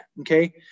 okay